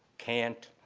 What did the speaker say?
can't.